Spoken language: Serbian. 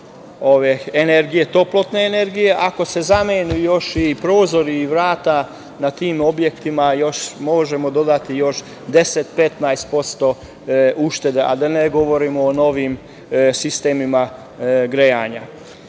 oko 20 – 25% toplotne energije. Ako se zamene još i prozori i vrata na tim objektima još možemo dodati 10 – 15% ušteda, a da ne govorimo o novim sistemima grejanja. Postoji